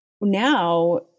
now